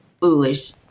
foolish